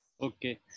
Okay